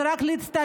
זה רק להצטלם.